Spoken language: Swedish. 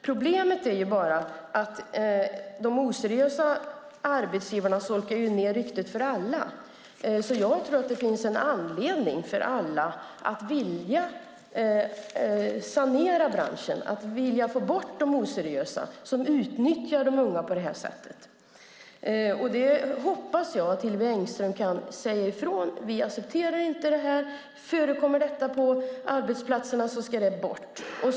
Problemet är bara att de oseriösa arbetsgivarna solkar ned ryktet för alla, så jag tror att det finns en anledning för alla att vilja sanera branschen, att få bort de oseriösa som utnyttjar de unga på det här sättet. Jag hoppas att Hillevi Engström kan säga: Vi accepterar inte det här. Förekommer detta på arbetsplatserna ska det bort.